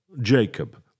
Jacob